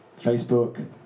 Facebook